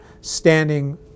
standing